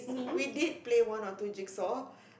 we did play one or two jigsaw